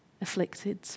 afflicted